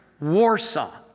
Warsaw